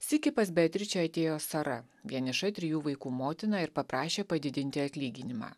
sykį pas beatričę atėjo sara vieniša trijų vaikų motina ir paprašė padidinti atlyginimą